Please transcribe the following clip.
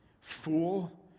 fool